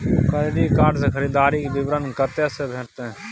Credit card से खरीददारी के विवरण कत्ते से भेटतै?